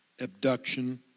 abduction